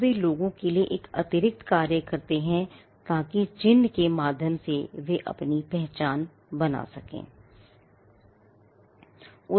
अब वे लोगों का एक अतिरिक्त कार्य करते हैं ताकि एक चिह्न के माध्यम से वे अपनी पहचान बना सकें